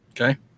Okay